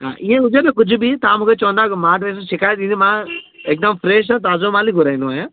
ऐं इए हुजे न कुझ बि तव्हां मुखे चवंदा कयो मां तर्फ़ सां शिकायत ईंदी मां एकदम फ्रेश ऐं ताज़ो माल ई घुराईंदो आहियां